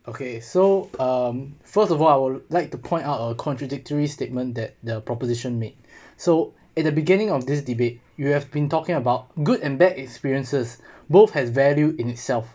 okay so um first of all I would like to point out of contradictory statements that the proposition made so at the beginning of this debate you have been talking about good and bad experiences both has value in itself